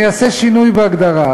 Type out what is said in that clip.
אני אעשה שינוי בהגדרה.